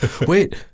Wait